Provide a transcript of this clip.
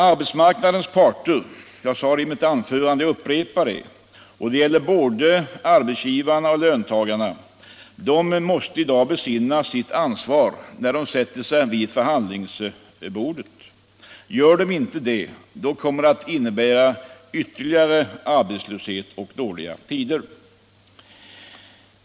Arbetsmarknadens parter — jag sade det tidigare och upprepar det nu, och det gäller både arbetsgivarna och löntagarna — måste i dag besinna sitt ansvar när de sätter sig vid förhandlingsbordet. Gör de inte det kommer det att innebära ytterligare arbetslöshet och dåliga tider.